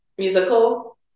Musical